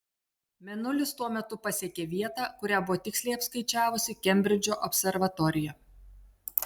mėnulis tuo metu pasiekė vietą kurią buvo tiksliai apskaičiavusi kembridžo observatorija